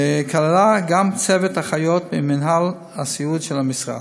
שכללה גם צוות אחיות ממינהל הסיעוד של המשרד.